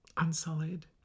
Unsullied